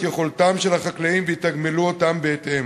יכולתם של החקלאים ויתגמלו אותם בהתאם.